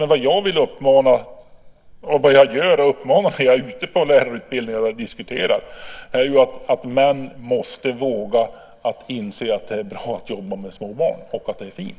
När jag är ute på lärarutbildningar och diskuterar uppmanar jag män att våga inse att det är bra och fint att jobba med små barn.